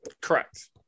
Correct